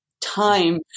time